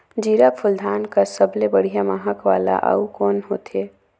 जीराफुल धान कस सबले बढ़िया महक वाला अउ कोन होथै?